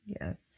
yes